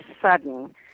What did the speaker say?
sudden